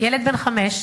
ילד בן חמש.